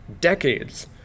decades